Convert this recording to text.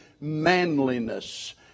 Manliness